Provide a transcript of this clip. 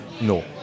No